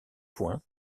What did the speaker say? points